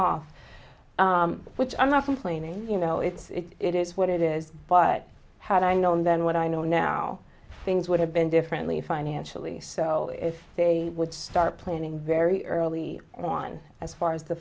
off which i'm not complaining you know it's it is what it is but had i known then what i know now things would have been differently financially so if they would start planning very early on as far as the